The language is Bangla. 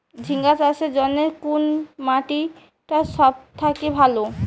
ঝিঙ্গা চাষের জইন্যে কুন মাটি টা সব থাকি ভালো?